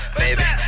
baby